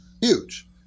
Huge